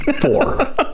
four